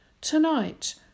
Tonight